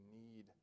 need